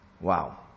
Wow